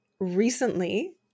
Recently